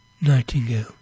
Nightingale